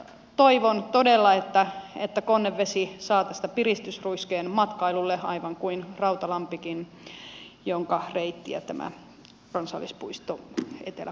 toivon todella että konnevesi saa tästä piristysruiskeen matkailulle aivan kuten rautalampikin jonka reittiä tämä kansallispuisto etelä konnevesi on